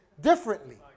differently